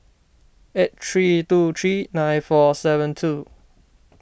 eight three two three nine four seven two